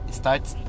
starts